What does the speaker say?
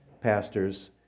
pastors